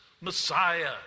Messiah